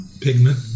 pigment